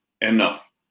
enough